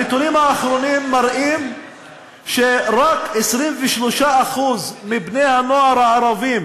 הנתונים האחרונים מראים שרק 23% מבני-הנוער הערבים